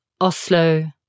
Oslo